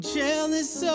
jealous